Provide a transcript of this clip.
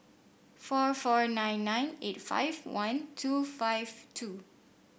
four four nine nine eight five one two five two